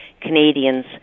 Canadians